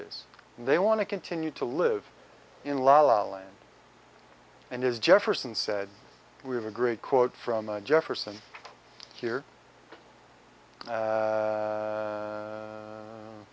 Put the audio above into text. and they want to continue to live in la la land and is jefferson said we have a great quote from jefferson here